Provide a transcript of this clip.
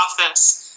office